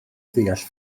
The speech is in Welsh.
ddeall